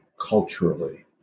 culturally